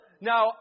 Now